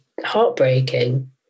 heartbreaking